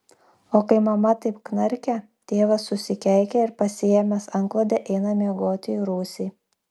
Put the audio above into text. o kai mama taip knarkia tėvas susikeikia ir pasiėmęs antklodę eina miegoti į rūsį